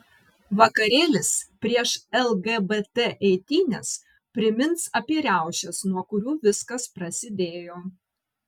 vakarėlis prieš lgbt eitynes primins apie riaušes nuo kurių viskas prasidėjo